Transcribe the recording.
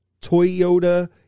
Toyota